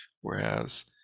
Whereas